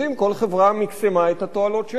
כל חברה מיקסמה את התועלות שלה,